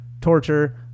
torture